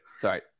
Sorry